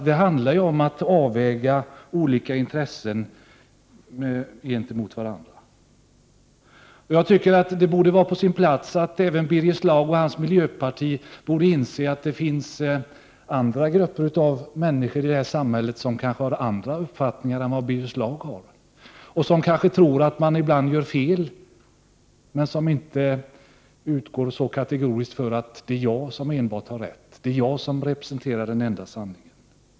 Det handlar om att väga olika intressen mot varandra. Jag tycker att det borde vara på sin plats att även Birger Schlaug och hans miljöparti inser att det finns grupper av människor i samhället som har andra uppfattningar än vad Birger Schlaug har. De kanske tror att de ibland gör fel och utgår inte så kategoriskt från att det enbart är de själva som har rätt — det är jag som representerar den enda sanningen.